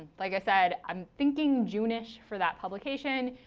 like i said, i'm thinking juneish for that publication.